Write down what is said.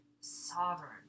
Sovereign